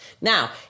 Now